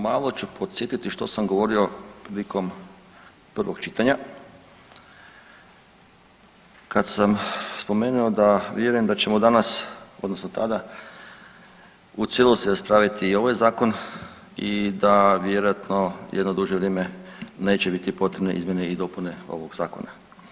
Malo ću podsjetiti što sam govorio prilikom prvog čitanja kad sam spomenuo da vjerujem da ćemo danas, odnosno tada, u cijelosti raspraviti i ovaj Zakon i da vjerojatno jedno duže vrijeme neće biti potrebne izmjene i dopune ovog Zakona.